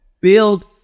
Build